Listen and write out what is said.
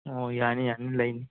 ꯑꯣ ꯌꯥꯅꯤ ꯌꯥꯅꯤ ꯂꯩꯅꯤ